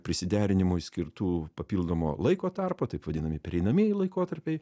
prisiderinimui skirtų papildomo laiko tarpą taip vadinami pereinamieji laikotarpiai